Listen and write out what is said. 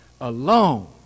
alone